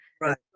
Right